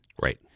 Right